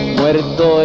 muerto